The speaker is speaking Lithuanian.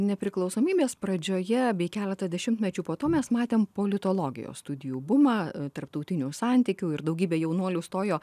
nepriklausomybės pradžioje bei keletą dešimtmečių po to mes matėm politologijos studijų bumą tarptautinių santykių ir daugybė jaunuolių stojo